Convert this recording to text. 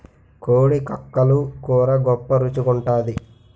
కోడి కక్కలు కూర గొప్ప రుచి గుంటాది